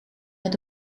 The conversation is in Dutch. met